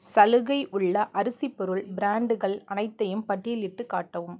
சலுகை உள்ள அரிசி பொருள் ப்ராண்டுகள் அனைத்தையும் பட்டியலிட்டுக் காட்டவும்